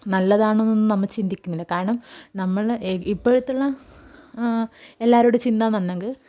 നല്ലതാണൊ എന്നൊന്നും നമ്മ ചിന്തിക്കുന്നില്ല കാരണം നമ്മൾ ഇപ്പോഴത്തുള്ള എല്ലാവരുടെയും ചിന്തയെന്നു പറഞ്ഞെങ്കിൽ